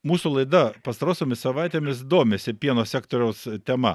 mūsų laida pastarosiomis savaitėmis domisi pieno sektoriaus tema